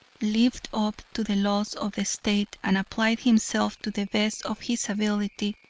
lived up to the laws of the state and applied himself to the best of his ability,